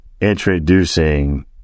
introducing